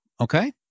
Okay